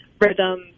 rhythm